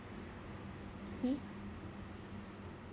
mm